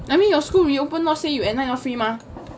I mean your school reopen not say you at night not free mah